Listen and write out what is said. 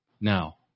Now